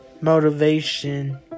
motivation